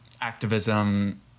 activism